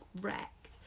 wrecked